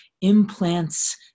implants